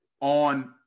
on